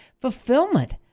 Fulfillment